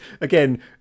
again